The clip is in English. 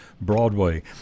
Broadway